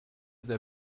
sehr